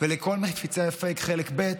ולכל מפיצי הפייק חלק ב',